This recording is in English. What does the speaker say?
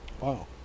wow